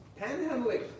panhandling